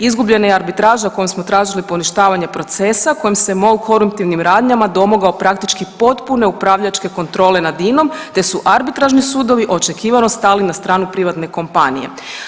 Izgubljena je i arbitraža kojom smo tražili poništavanje procesa kojim se MOL koruptivnim radnjama domogao praktički potpune upravljačke kontrole nad INOM te su arbitražni sudovi očekivano stali na stranu privatne kompanije.